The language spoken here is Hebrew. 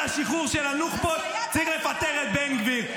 השחרור של הנוח'בות צריך לפטר את בן גביר.